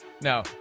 No